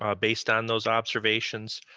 ah based on those observations,